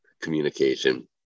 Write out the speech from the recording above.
communication